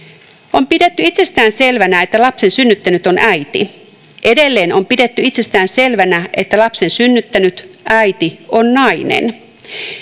on pidetty itsestäänselvänä että lapsen synnyttänyt on äiti edelleen on pidetty itsestäänselvänä että lapsen synnyttänyt äiti on nainen